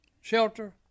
shelter